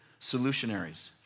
solutionaries